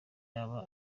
yaba